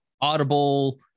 Audible